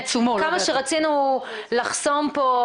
כמה שרצינו לחסום פה,